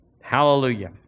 Hallelujah